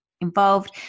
involved